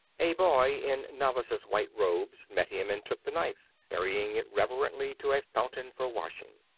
a boy in novice's white robes met him and took the knife, carrying it reverently to a fountain for washing.